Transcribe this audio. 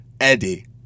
Eddie